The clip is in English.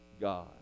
God